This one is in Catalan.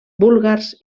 búlgars